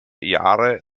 jahre